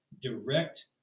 direct